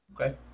Okay